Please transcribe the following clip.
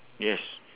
yes